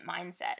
mindset